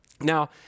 Now